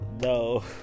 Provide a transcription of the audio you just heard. no